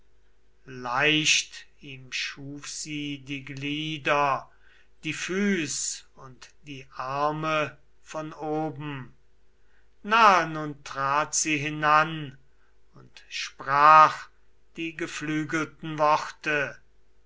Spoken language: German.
leicht ihm schuf sie die glieder die füß und die arme von oben nahe nun trat sie hinan und sprach die geflügelten worte